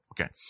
Okay